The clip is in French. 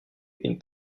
une